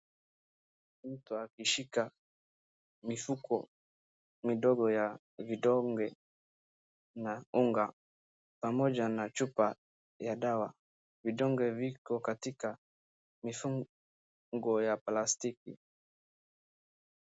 Mtu akishika mifuko midogo ya vidonge, na unga, pamoja na chupa ya dawa, vidonge viko katika mifuko ya plastiki.